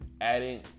adding